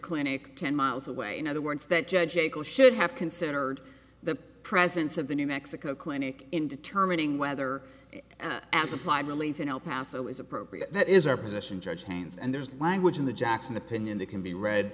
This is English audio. clinic ten miles away in other words that judge eckels should have considered the presence of the new mexico clinic in determining whether as applied relief in el paso is appropriate that is our position judge hands and there's language in the jackson opinion that can be read